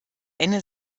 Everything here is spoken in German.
eine